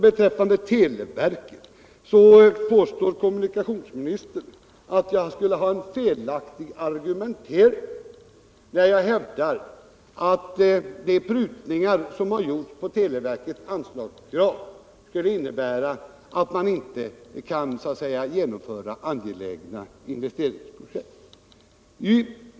Beträffande televerket påstår kommunikationsministern att min argumentering skulle vara felaktig när jag hävdar att de prutningar som har gjorts på televerkets anslagskrav skulle innebära att man inte kan genomföra angelägna investeringsprojekt.